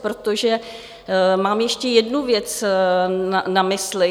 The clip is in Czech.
Protože mám ještě jednu věc na mysli.